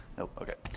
nope? okay.